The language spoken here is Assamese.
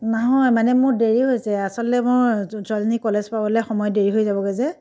নহয় মানে মোৰ দেৰি হৈছে আচলতে মোৰ ছোৱালীজনী কলেজ পাবলৈ সময় দেৰি হৈ যাবগৈ যে